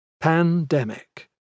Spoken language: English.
Pandemic